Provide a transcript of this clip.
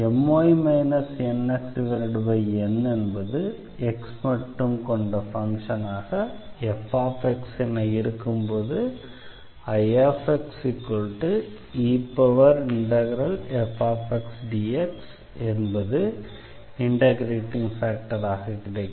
My NxN என்பது x மட்டும் கொண்ட ஃபங்ஷனாக f என இருக்கும்போது Ixe∫fxdx என்பது இண்டெக்ரேட்டிங் ஃபேக்டராக கிடைக்கிறது